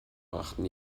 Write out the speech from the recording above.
brachten